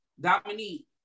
Dominique